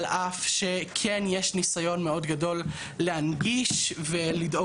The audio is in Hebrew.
על אף שכן יש ניסיון מאוד גדול להנגיש ולדאוג